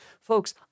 folks